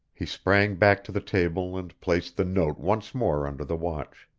he sprang back to the table and placed the note once more under the watch.